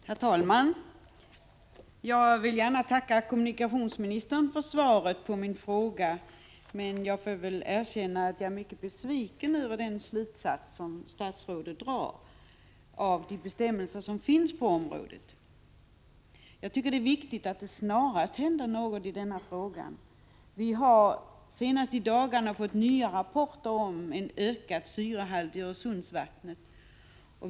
Herr talman! Jag vill gärna tacka kommunikationsministern för svaret på min fråga, men jag bör väl erkänna att jag är mycket besviken över den slutsats som statsrådet drar av de bestämmelser som finns på området. Jag tycker att det är viktigt att det snarast händer något i denna fråga. Vi har senast i dagarna fått nya rapporter om ökad syrehalt i Öresundsvattnet.